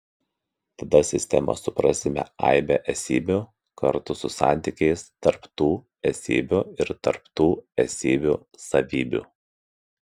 tada sistema suprasime aibę esybių kartu su santykiais tarp tų esybių ir tarp tų esybių savybių